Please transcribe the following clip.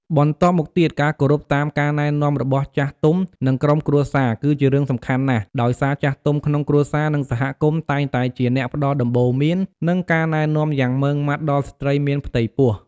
បន្ទាប់មកទៀត ការគោរពតាមការណែនាំរបស់ចាស់ទុំ និងក្រុមគ្រួសារ គឺជារឿងសំខាន់ណាស់ ដោយសារចាស់ទុំក្នុងគ្រួសារ និងសហគមន៍តែងតែជាអ្នកផ្តល់ដំបូន្មាន និងការណែនាំយ៉ាងម៉ឺងម៉ាត់ដល់ស្ត្រីមានផ្ទៃពោះ។